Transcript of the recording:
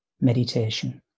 Meditation